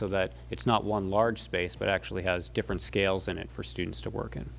so that it's not one large space but actually has different scales in it for students to work in